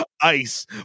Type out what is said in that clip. ice